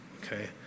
Okay